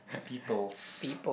peoples'